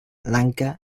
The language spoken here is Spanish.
lanka